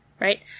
Right